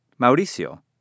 Mauricio